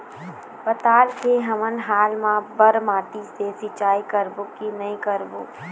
पताल मे हमन हाल मा बर माटी से सिचाई करबो की नई करों?